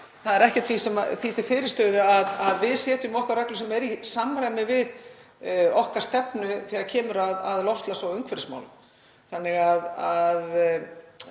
Það er ekkert því til fyrirstöðu að við setjum okkar reglur sem eru í samræmi við okkar stefnu þegar kemur að loftslags- og umhverfismálum.